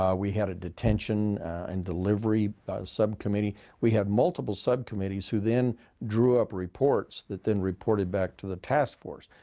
um we had a detention and delivery subcommittee. we had multiple subcommittees who then drew up reports that then reported back to the task force.